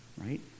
Right